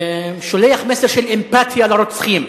ברצח שולח מסר של אמפתיה לרוצחים.